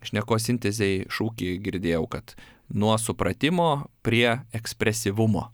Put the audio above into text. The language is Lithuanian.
šnekos sintezei šūkį girdėjau kad nuo supratimo prie ekspresyvumo